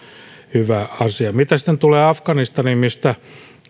hyvä asia mitä sitten tulee afganistaniin mistä